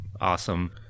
Awesome